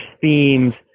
themes